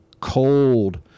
cold